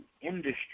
industry